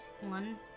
one